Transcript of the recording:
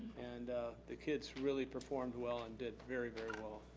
and the kids really performed well and did very, very well.